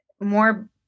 more